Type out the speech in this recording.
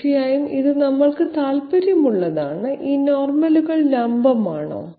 തീർച്ചയായും ഇത് നമ്മൾക്ക് താൽപ്പര്യമുള്ളതാണ് ഈ നോർമലുകൾ ലംബമാണോ